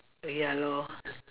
ya lor